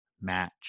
match